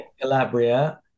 Calabria